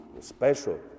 special